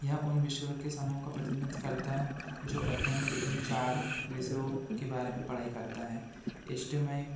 यह उन विषयों के समूह का प्रतिनिधित्व करता है जो अध्ययन के इन चार विषयों के बारे में पढाई करता है टेस्ट माई